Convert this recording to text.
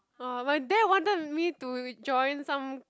oh my dad wanted me to join some